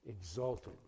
exalted